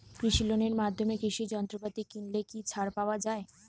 কৃষি লোনের মাধ্যমে কৃষি যন্ত্রপাতি কিনলে কি ছাড় পাওয়া যায়?